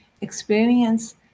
experience